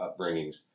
upbringings